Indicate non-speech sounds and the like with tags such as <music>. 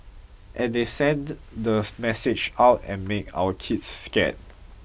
and they send the <unintelligible> message out and make our kids scare